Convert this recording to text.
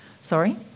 Sorry